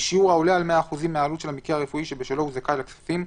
בשיעור העולה על 100% מהעלות של המקרה הרפואי שבשלו הוא זכאי לכספים,